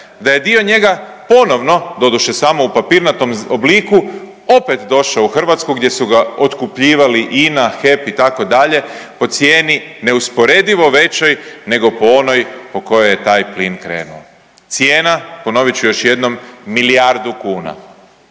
da je dio njega ponovno, doduše, samo u papirnatom obliku, opet došao u Hrvatsku gdje su ga otkupljivali INA, HEP, itd. po cijeni neusporedivo većoj nego po onoj po kojoj je taj plin krenuo. Cijena, ponovit ću još jednom, milijardu kuna.